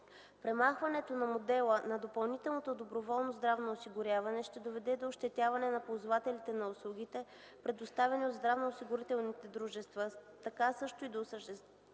Премахването на модела на допълнителното доброволно здравно осигуряване ще доведе до ощетяване на ползвателите на услугите, предоставяни от здравноосигурителните дружества, а така също и до съществено